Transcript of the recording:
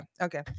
okay